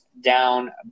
down